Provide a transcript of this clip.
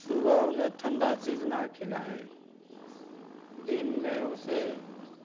सुबह उन्हें ठंडा चीज ना खिलाएँ दिन में उसे